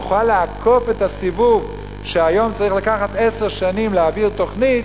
נוכל לעקוף את הסיבוב שהיום צריך לקחת עשר שנים להעביר תוכנית,